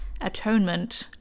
atonement